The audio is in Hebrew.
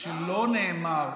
שלא נאמר,